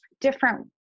different